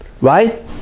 right